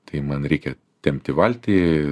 tai man reikia tempti valtį